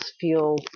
feel